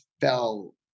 fell